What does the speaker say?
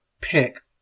pick